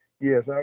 Yes